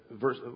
verse